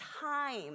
time